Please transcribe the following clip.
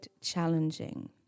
challenging